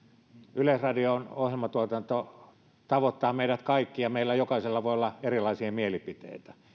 yleisradion ohjelmatuotanto tavoittaa meidät kaikki ja meillä jokaisella voi olla erilaisia mielipiteitä